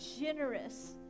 generous